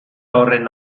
horren